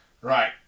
Right